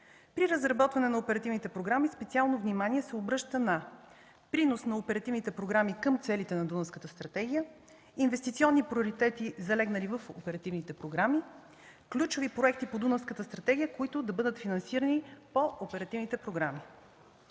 При разработване на оперативните програми специално внимание се обръща на: принос на оперативните програми към целите на Дунавската стратегия; инвестиционни приоритети, залегнали в оперативните програми; ключови проекти по Дунавската стратегия, които да бъдат финансирани по оперативните програми;